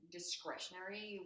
discretionary